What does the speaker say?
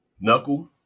Knuckle